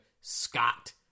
Scott